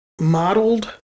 modeled